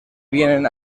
vienen